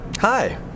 Hi